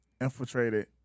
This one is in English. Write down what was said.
infiltrated